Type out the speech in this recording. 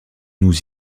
nous